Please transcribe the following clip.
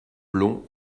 blond